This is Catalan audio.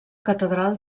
catedral